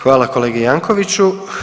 Hvala kolegi Jankoviću.